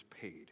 paid